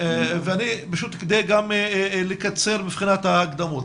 כדי גם לקצר מבחינת ההקדמות,